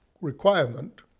requirement